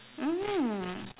mm